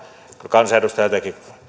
kansanedustajalta